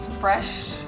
fresh